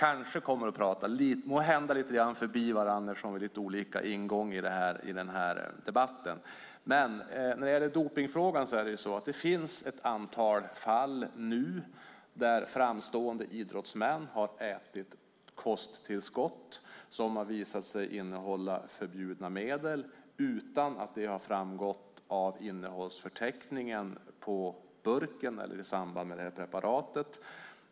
Vi kommer måhända att tala lite grann förbi varandra eftersom vi har lite olika ingång i debatten. När det gäller frågan om dopning finns det nu ett antal fall där framstående idrottsmän har ätit kosttillskott som har visat sig innehålla förbjudna medel utan att det har framgått av innehållsförteckningen på burken eller i samband med preparatet.